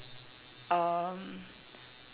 um